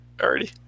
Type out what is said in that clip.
already